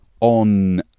On